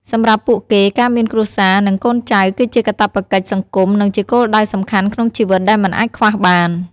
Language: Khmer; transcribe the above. សម្រាប់ពួកគេ ការមានគ្រួសារ និងកូនចៅគឺជាកាតព្វកិច្ចសង្គម និងជាគោលដៅសំខាន់ក្នុងជីវិតដែលមិនអាចខ្វះបាន។